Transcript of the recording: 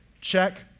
check